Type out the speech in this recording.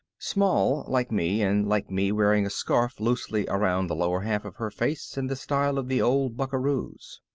small like me and like me wearing a scarf loosely around the lower half of her face in the style of the old buckaroos.